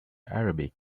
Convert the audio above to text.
arabic